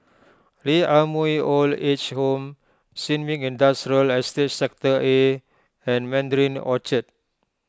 Lee Ah Mooi Old Age Home Sin Ming Industrial Sector A and Mandarin Orchard